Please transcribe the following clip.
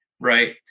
right